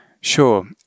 Sure